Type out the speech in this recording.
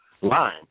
line